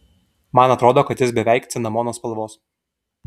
man atrodo kad jis beveik cinamono spalvos